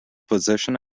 position